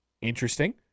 Interesting